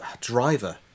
driver